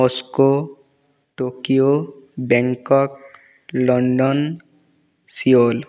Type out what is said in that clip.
Moscow Tokyo Bangkok London Seoul